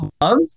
love